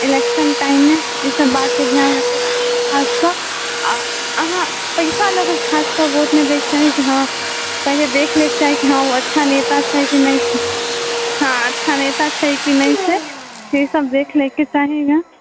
election टाइममे ई सभ बातके ध्यान रखैके चाही खास कऽ अऽ अहाँ पैसा लऽ कऽ खास कऽ वोट नहि दयके चाही जे हाँ पहिले देख लयके चाही कि हाँ ओ अच्छा नेता छै कि नहि छै हाँ अच्छा नेता छै कि नहि छै से सभ देख लयके चाही ने